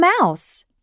Mouse